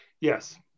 Yes